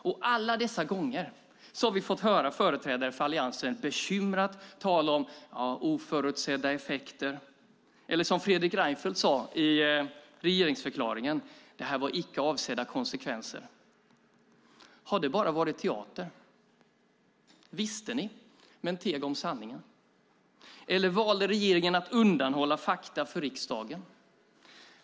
Vid alla dessa tillfällen har vi fått höra företrädare för Alliansen bekymrat tala om oförutsedda effekter, eller, som Fredrik Reinfeldt sade i regeringsförklaringen, "icke avsedda konsekvenser". Har detta bara varit teater? Visste ni men teg om sanningen? Eller valde regeringen att undanhålla fakta för riksdagen?